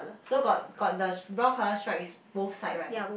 so got got the brown colour stripe is both side right